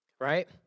right